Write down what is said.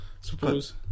suppose